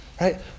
right